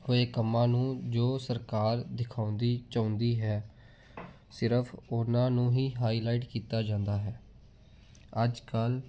ਹੋਏ ਕੰਮਾਂ ਨੂੰ ਜੋ ਸਰਕਾਰ ਦਿਖਾਉਂਦੀ ਚਾਹੁੰਦੀ ਹੈ ਸਿਰਫ ਉਹਨਾਂ ਨੂੰ ਹੀ ਹਾਈਲਾਈਟ ਕੀਤਾ ਜਾਂਦਾ ਹੈ ਅੱਜ ਕੱਲ੍ਹ